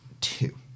Two